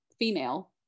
female